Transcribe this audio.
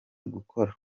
gukora